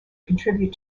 contribute